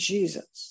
Jesus